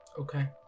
Okay